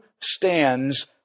stands